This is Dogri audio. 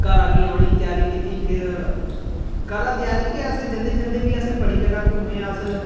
घरा गी औने गी त्यारी कीती फिर घरा त्यारी केह् अस जंदे जंदे बी अस बड़ी ज'गा घुम्मे अस